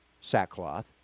sackcloth